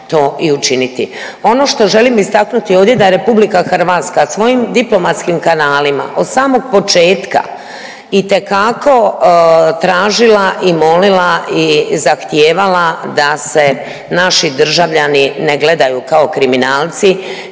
to i učiniti. Ovdje što želim istaknuti ovdje da je RH svojim diplomatskim kanalima od samog početka itekako tražila i molila i zahtijevala da se naši državljani ne gledaju kao kriminalci